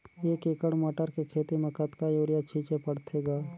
एक एकड़ मटर के खेती म कतका युरिया छीचे पढ़थे ग?